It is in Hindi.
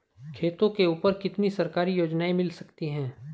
खेतों के ऊपर कितनी सरकारी योजनाएं मिल सकती हैं?